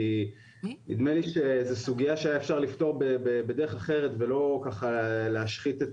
כי נדמה לי שזה סוגיה שהיה אפשר לפתור בדרך אחרת ולא להשחית את